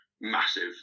massive